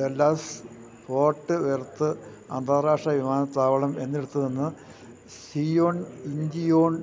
Dallas Fort Worth അന്താരാഷ്ട്ര വിമാനത്താവളം എന്നിടത്തുനിന്ന് സിയോൺ ഇഞ്ചിയോൺ